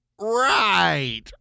Right